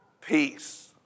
Peace